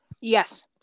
Yes